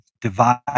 divide